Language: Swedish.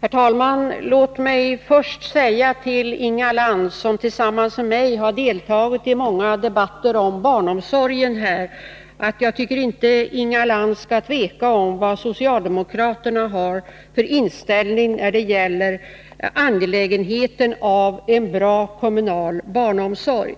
Herr talman! Låt mig först säga till Inga Lantz, som tillsammans med mig har deltagit i många debatter om barnomsorgen i den här kammaren, att hon inte behöver tvivla på vad socialdemokraterna har för inställning när det gäller angelägenheten av en bra kommunal barnomsorg.